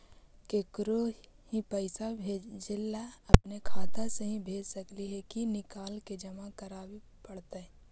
केकरो ही पैसा भेजे ल अपने खाता से ही भेज सकली हे की निकाल के जमा कराए पड़तइ?